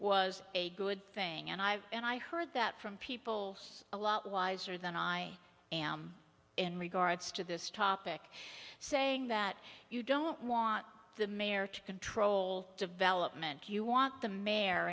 was a good thing and i and i heard that from people a lot wiser than i am in regards to this topic saying that you don't want the mayor to control development you want the mayor